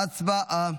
הצבעה.